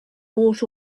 bought